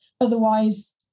otherwise